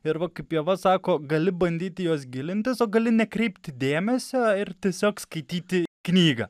ir va kaip ieva sako gali bandyti į juos gilintis o gali nekreipti dėmesio ir tiesiog skaityti knygą